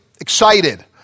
excited